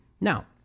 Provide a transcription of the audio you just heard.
Now